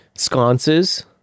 Sconces